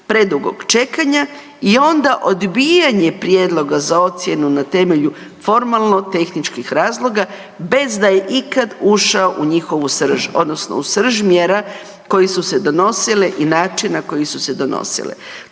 predugog čekanja i onda odbijanje prijedloga za ocjenu na temelju formalno-tehničkih razloga bez da je ikad ušao u njihovu srž odnosno u srž mjera koje su se donosile i način na koji su se donosile.